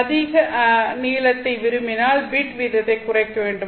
அதிக நீளத்தை விரும்பினால் பிட் வீதத்தை குறைக்க வேண்டும்